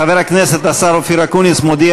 חבר הכנסת השר אופיר אקוניס מודיע